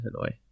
Hanoi